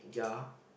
ya